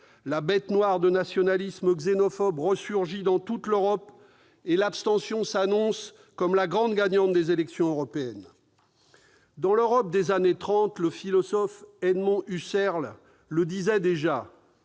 La bête noire de nationalismes xénophobes resurgit dans toute l'Europe, et l'abstention s'annonce comme la grande gagnante des élections européennes à venir. Dans l'Europe des années 1930, le philosophe Edmond Husserl le disait déjà